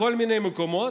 בכל מיני מקומות,